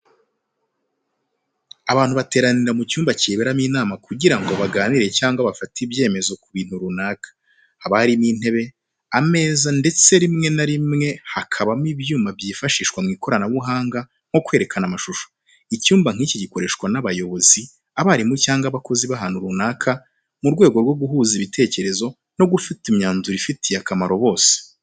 Abantu bateranira mu cyumba kiberamo inama kugira ngo baganire cyangwa bafate ibyemezo ku bintu runaka. Haba harimo intebe, ameza ndetse rimwe na rimwe hakabamo ibyuma byifashishwa mu ikoranabuhanga nko kwerekana amashusho. Icyumba nk'iki gikoreshwa n'abayobozi, abarimu cyangwa abakozi b'ahantu runaka mu rwego rwo guhuza ibitekerezo no gufata imyanzuro ifitiye akamaro bose.